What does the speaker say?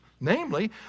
namely